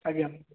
ଆଜ୍ଞା